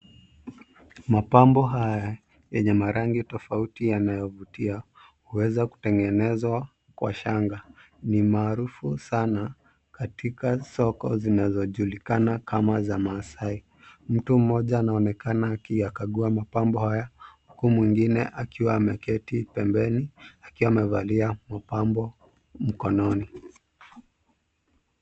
Mapambo haya yenye marangi tofauti yanayovutia huweza kutengenezwa kwa shanga. Ni maarufu sana katika soko zinazojulikana kama za Maasai. Mtu mmoja anaonekana akiyakagua mapambo haya, huku mwengine akiwa ameketi pembeni akiwa amevalia mapambo mkononi.